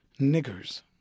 niggers